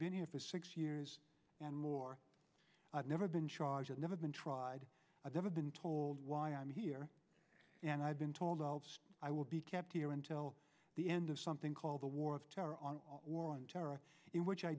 been here for six years and more i've never been charged never been tried i've never been told why i'm here and i've been told i will be kept here until the end of something called the war of terror on war on terror in which i